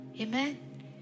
Amen